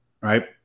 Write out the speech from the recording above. right